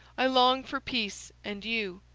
i long for peace and you.